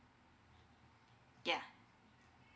yeah